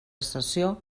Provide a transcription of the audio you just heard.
sessió